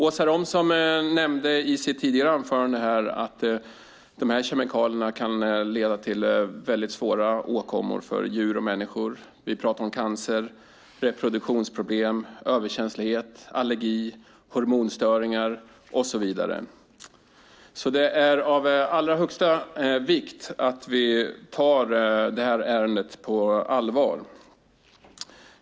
Åsa Romson nämnde att kemikalierna kan leda till mycket svåra åkommor för djur och människor. Vi pratar om cancer, reproduktionsproblem, överkänslighet, allergier, hormonstörningar och så vidare. Det är därför av allra största vikt att vi tar det här ärendet på allvar.